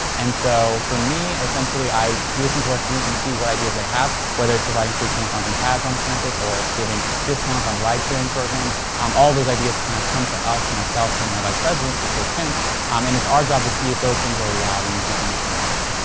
and so for me essentially i listen to our students and see what ideas they have whether it's providing free tampons and pads on campus or it's giving discounts on ride-sharing programs um all those ideas kind of come to us myself and my vice president yeah kent um and it's our job to see if those things are a reality if we can make them happen.